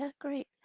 ah great.